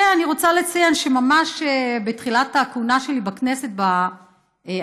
אני רוצה לציין שממש בתחילת הכהונה שלי בכנסת העשרים,